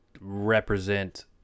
represent